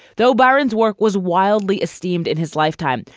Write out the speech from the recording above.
though byron's work was wildly esteemed in his lifetime.